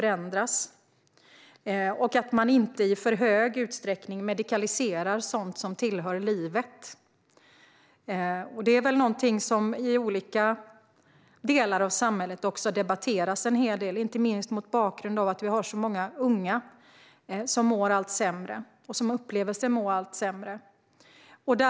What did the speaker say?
Man ska inte i för hög utsträckning medikalisera sådant som tillhör livet. Det är väl någonting som också debatteras en hel del i olika delar av samhället, inte minst mot bakgrund av att vi har så många unga som mår allt sämre och som upplever sig må allt sämre.